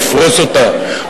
לפרוס אותה,